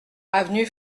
avenue